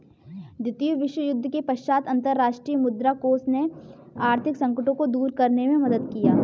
द्वितीय विश्वयुद्ध के पश्चात अंतर्राष्ट्रीय मुद्रा कोष ने आर्थिक संकटों को दूर करने में मदद किया